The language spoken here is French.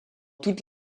toute